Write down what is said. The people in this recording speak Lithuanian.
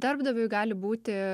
darbdaviui gali būti